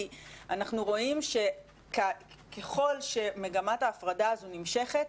כי אנחנו רואים שככל שמגמת ההפרדה הזו נמשכת,